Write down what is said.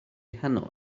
heno